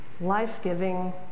life-giving